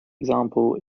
example